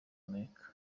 amerika